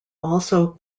also